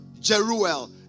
Jeruel